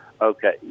okay